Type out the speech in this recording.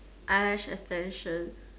eyelash extension